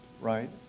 right